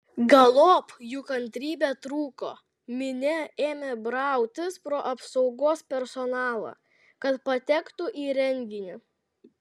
galop jų kantrybė trūko minia ėmė brautis pro apsaugos personalą kad patektų į renginį